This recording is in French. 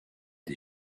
des